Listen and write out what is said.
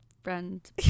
friend